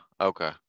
okay